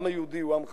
העם היהודי הוא עם חכם.